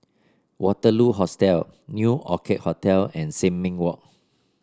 Waterloo Hostel New Orchid Hotel and Sin Ming Walk